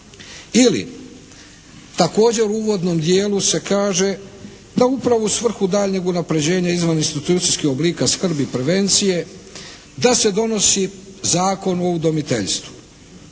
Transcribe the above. Ili, također u uvodnom dijelu se kaže da upravo u svrhu daljnjeg unapređenja izvan institucijskih oblika skrbi prevencije, da se donosi Zakon o udomiteljstvu.